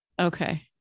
Okay